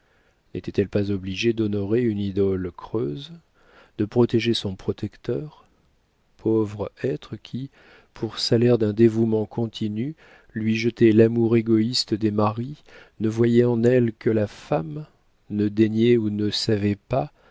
n'était-elle pas obligée d'honorer une idole creuse de protéger son protecteur pauvre être qui pour salaire d'un dévouement continu lui jetait l'amour égoïste des maris ne voyait en elle que la femme ne daignait ou ne savait pas